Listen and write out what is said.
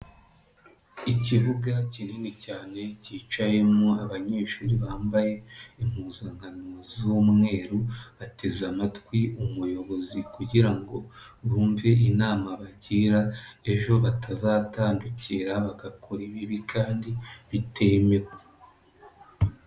Ikibuga kinini cyane kicayemo abanyeshuri bambaye impuzankano z'umweru, bateze amatwi umuyobozi kugira ngo bumve inama abagira, ejo batazatandukira bagakora ibibi kandi bitemewe.